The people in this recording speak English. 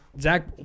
Zach